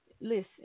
listen